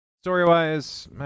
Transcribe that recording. story-wise